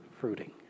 fruiting